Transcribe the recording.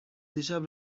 دیشب